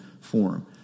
form